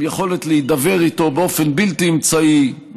עם יכולת להידבר איתו באופן בלתי אמצעי,